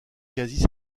quasi